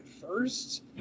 first